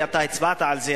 ואתה הצבעת על זה,